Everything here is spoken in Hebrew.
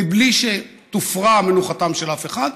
מבלי שתופרע מנוחתו של אף אחד,